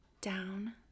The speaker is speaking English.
down